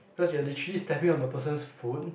because you are literally stepping on a person's foot